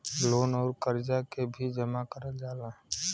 loan अउर करजा के भी जमा करल जाला